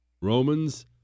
Romans